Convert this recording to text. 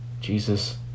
Jesus